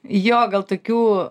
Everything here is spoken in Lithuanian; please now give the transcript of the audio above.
jo gal tokių